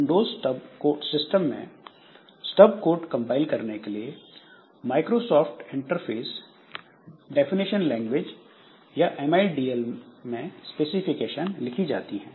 Windows system में stub code compile करने के लिए माइक्रोसॉफ्ट इंटरफेस डेफिनिशन लैंग्वेज या एमआईडीएल में स्पेसिफिकेशन लिखी जाती है